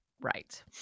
Right